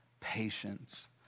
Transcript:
patience